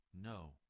No